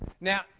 Now